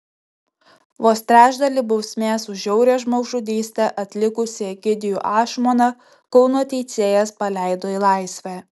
vos trečdalį bausmės už žiaurią žmogžudystę atlikusį egidijų ašmoną kauno teisėjas paleido į laisvę